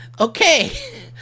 Okay